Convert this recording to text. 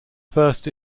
first